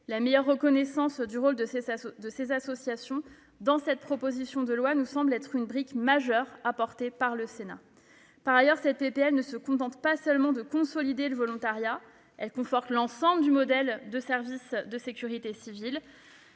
La meilleure reconnaissance du rôle de ces associations dans cette proposition de loi me semble être une brique majeure apportée par le Sénat. Par ailleurs, cette PPL ne se contente pas de consolider le volontariat. Elle conforte l'ensemble du modèle de sécurité civile,